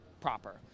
proper